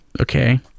Okay